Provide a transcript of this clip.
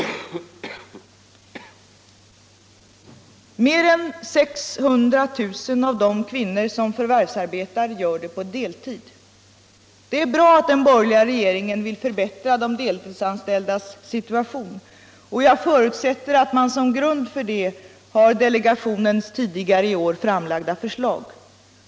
o Mer än 600 000 av de kvinnor som förvärvsarbetar gör det på deltid. Det är bra att den borgerliga regeringen vill förbättra de deltidsanställdas situation. Jag förutsätter att man som grund för detta har delegationens tidigare i år framlagda förslag.